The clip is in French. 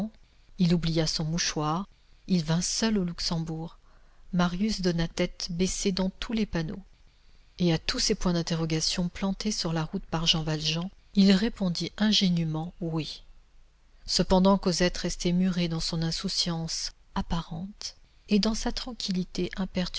il oublia son mouchoir il vint seul au luxembourg marius donna tête baissée dans tous les panneaux et à tous ces points d'interrogation plantés sur sa route par jean valjean il répondit ingénument oui cependant cosette restait murée dans son insouciance apparente et dans sa tranquillité